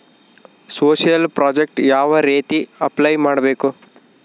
Social project ಯಾವ ರೇತಿ apply ಮಾಡಬೇಕು?